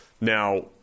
Now